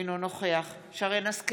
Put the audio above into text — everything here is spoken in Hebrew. אינו נוכח שרן מרים השכל,